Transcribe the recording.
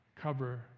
cover